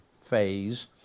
phase